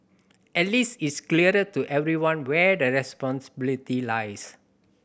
at least it's clearer to everyone where the responsibility lies